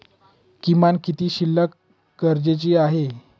किमान किती शिल्लक गरजेची आहे?